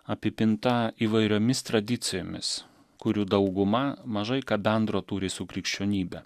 apipinta įvairiomis tradicijomis kurių dauguma mažai ką bendro turi su krikščionybe